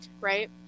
right